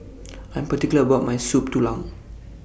I'm particular about My Soup Tulang